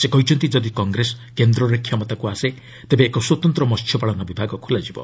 ସେ କହିଛନ୍ତି ଯଦି କଂଗ୍ରେସ କେନ୍ଦ୍ରରେ କ୍ଷମତାକୁ ଆସେ ତେବେ ଏକ ସ୍ୱତନ୍ତ୍ର ମହ୍ୟପାଳନ ବିଭାଗ ଖୋଲାଯିବ